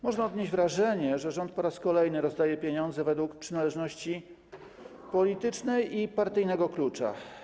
Można odnieść wrażenie, że rząd po raz kolejny rozdaje pieniądze według przynależności politycznej i partyjnego klucza.